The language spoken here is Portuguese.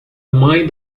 mãe